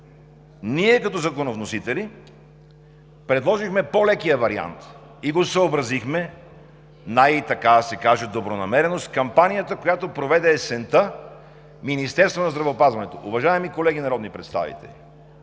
Ние като законовносители предложихме по-лекия вариант и го съобразихме, така да се каже, най-добронамерено с кампанията, която проведе есента Министерството на здравеопазването. Уважаеми колеги народни представители,